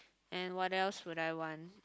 and what else would I want